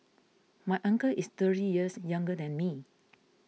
my uncle is thirty years younger than me